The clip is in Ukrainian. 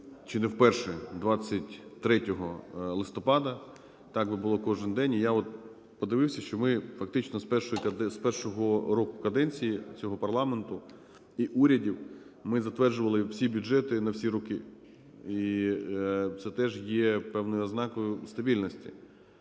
чи не вперше 23 листопада. Так би було кожен день. І я от подивився, що ми фактично з першої… з першого року каденції цього парламенту і урядів ми затверджували всі бюджети на всі роки. І це теж є певною ознакою стабільності.